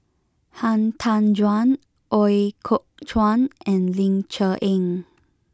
Han Tan Juan Ooi Kok Chuen and Ling Cher Eng